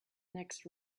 next